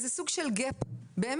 איזה סוג של גאפ שהפסיקה